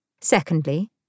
Secondly